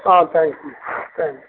ah thank you thank